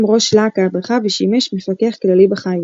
בהם ראש להק ההדרכה ושימש "מפקח כללי" בחיל.